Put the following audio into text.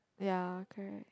ya correct